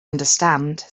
understand